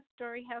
StoryHouse